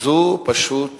זה פשוט